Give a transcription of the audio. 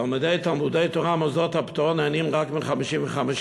תלמידי תלמודי-תורה ומוסדות הפטור נהנים רק מ-55%.